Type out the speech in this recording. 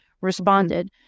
responded